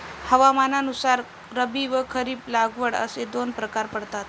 हवामानानुसार रब्बी व खरीप लागवड असे दोन प्रकार पडतात